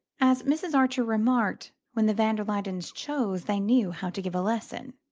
as mrs. archer remarked when the van der luydens chose, they knew how to give a lesson.